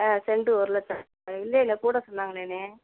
ஆ cent ஒரு லட்சம் இல்லை இல்லை கூட சொன்னாங்களேண்ணா